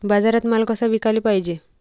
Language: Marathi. बाजारात माल कसा विकाले पायजे?